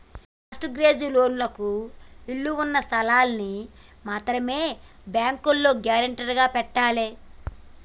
mart gauge లోన్లకు ఇళ్ళు ఉన్న స్థలాల్ని మాత్రమే బ్యేంకులో గ్యేరంటీగా పెట్టాలే